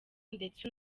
ndetse